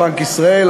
בנק ישראל,